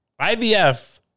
IVF